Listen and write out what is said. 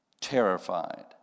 terrified